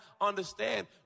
understand